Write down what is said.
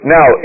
Now